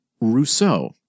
Rousseau